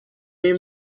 این